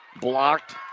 blocked